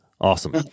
Awesome